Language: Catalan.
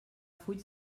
fuig